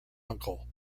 uncle